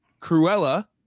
Cruella